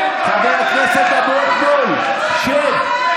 חבר הכנסת אבוטבול, שב.